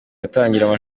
batangiranye